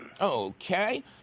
Okay